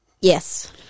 Yes